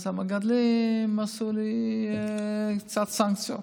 אז המגדלים עשו לי קצת סנקציות.